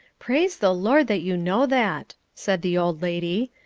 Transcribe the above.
praise the lord that you know that, said the old lady.